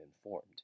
informed